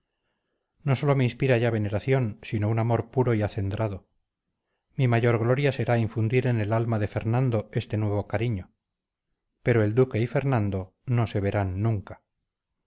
no sólo me inspira ya veneración sino un amor puro y acendrado mi mayor gloria sería infundir en el alma de fernando este nuevo cariño pero el duque y fernando no se verán nunca